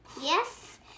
Yes